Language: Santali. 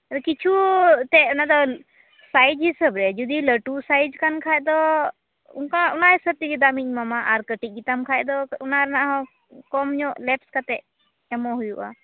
ᱠᱤᱪᱷᱩ ᱮᱱᱛᱮ ᱚᱱᱟ ᱫᱚ ᱥᱟᱭᱤᱡ ᱦᱤᱥᱟᱹᱵ ᱨᱮ ᱡᱩᱫᱤ ᱞᱟᱹᱴᱩ ᱥᱟᱭᱤᱡ ᱠᱟᱱ ᱠᱷᱟᱡ ᱫᱚ ᱚᱱᱠᱟ ᱚᱱᱟ ᱦᱤᱥᱹᱵ ᱛᱮᱜᱮ ᱫᱟᱢᱤᱧ ᱮᱢᱟᱢᱟ ᱟᱨ ᱠᱟᱹᱴᱤᱡ ᱜᱮᱛᱟᱢ ᱠᱷᱟᱱ ᱫᱚ ᱚᱱᱟ ᱨᱮᱱᱟᱜ ᱦᱚᱸ ᱠᱚᱢ ᱧᱚᱜ ᱞᱮᱯᱥ ᱠᱟᱛᱮ ᱮᱢᱚᱜ ᱦᱩᱭᱩᱜᱼᱟ